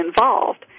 involved